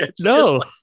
No